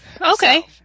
okay